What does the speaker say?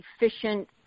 efficient